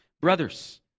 Brothers